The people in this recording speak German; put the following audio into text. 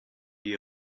die